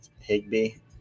Higby –